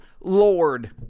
Lord